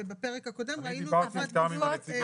ובפרק הקודם ראינו --- דיברתי עם נציג האוצר